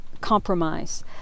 compromise